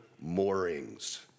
moorings